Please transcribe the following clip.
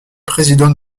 président